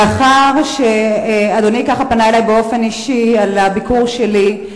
מאחר שאדוני פנה אלי באופן אישי על הביקור שלי,